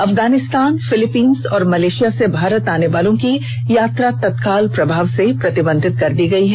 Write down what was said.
Afghanistan Philippines और Malaysia से भारत आने वालों की यात्रा तत्काल प्रभाव से प्रतिबंधित कर दी गई है